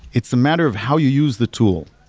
it's a matter of how you use the tool.